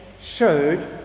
showed